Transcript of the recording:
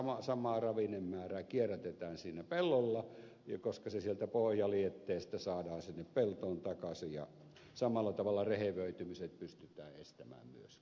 siis samaa ravinnemäärää kierrätetään siinä pellolla koska se sieltä pohjalietteestä saadaan sinne peltoon takaisin ja samalla tavalla rehevöitymiset pystytään estämään myöskin